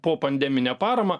po pandeminę paramą